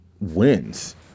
wins